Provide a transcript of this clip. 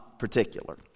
particular